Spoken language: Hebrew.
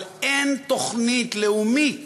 אבל אין תוכנית לאומית